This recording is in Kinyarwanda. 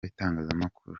itangazamakuru